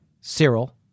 Cyril